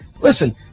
listen